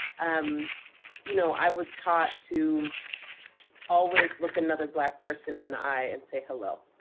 um you know, i was taught to always look another black person in the eye and say, hello.